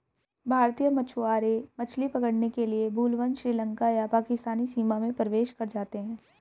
भारतीय मछुआरे मछली पकड़ने के लिए भूलवश श्रीलंका या पाकिस्तानी सीमा में प्रवेश कर जाते हैं